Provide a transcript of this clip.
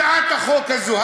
הצעת החוק הזאת,